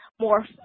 more